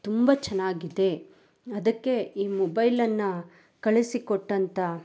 ತುಂಬ ಚೆನ್ನಾಗಿದೆ ಅದಕ್ಕೆ ಈ ಮೊಬೈಲನ್ನು ಕಳಿಸಿಕೊಟ್ಟಂಥ